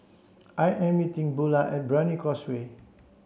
I am meeting Bula at Brani Causeway first